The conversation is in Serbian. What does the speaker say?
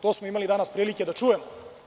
To smo imali danas prilike da čujemo.